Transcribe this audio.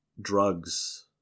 drugs